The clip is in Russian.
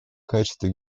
качестве